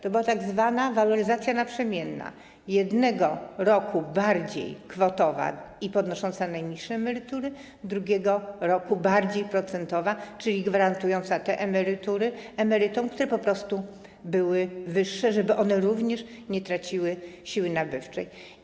To była tzw. waloryzacja naprzemienna: jednego roku bardziej kwotowa i podnosząca najniższe emerytury, drugiego roku bardziej procentowa, czyli gwarantująca te emerytury emerytom, które po prostu były wyższe, żeby one również nie traciły siły nabywczej.